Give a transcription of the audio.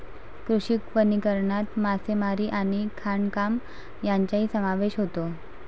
कृषी वनीकरणात मासेमारी आणि खाणकाम यांचाही समावेश होतो